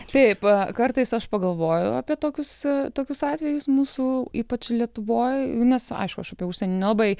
taip kartais aš pagalvojau apie tokius tokius atvejus mūsų ypač lietuvoj nes aišku aš apie užsienį nelabai